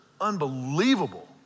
unbelievable